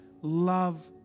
love